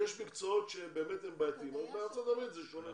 יש מקצועות שבאמת הם בעייתיים אבל בארצות הברית זה שונה.